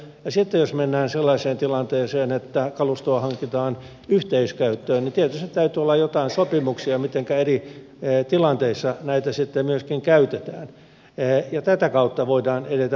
sitten jos mennään sellaiseen tilanteeseen että kalustoa hankitaan yhteiskäyttöön niin tietysti täytyy olla joitain sopimuksia siitä mitenkä eri tilanteissa näitä sitten myöskin käytetään ja tätä kautta voidaan edetä pidemmälle